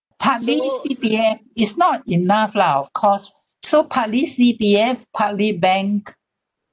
partly C_P_F is not enough lah of course so partly C_P_F partly bank